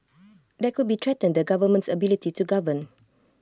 that could be threaten the government's ability to govern